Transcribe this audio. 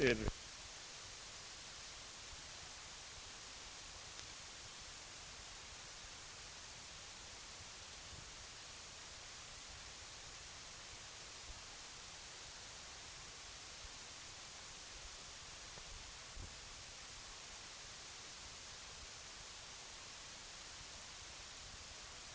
Man kan på allt fler ställen se en utveckling som innebär att de stora stadskärnorna töms på människor.